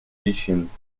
musicians